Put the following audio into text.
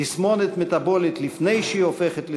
תסמונת מטבולית לפני שהיא הופכת לסוכרת,